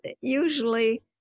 usually